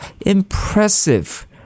impressive